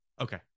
Okay